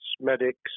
medics